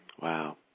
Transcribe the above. Wow